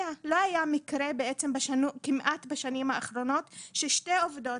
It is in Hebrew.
לא היה מקרה אחד בשנים האחרונות ששתי עובדות,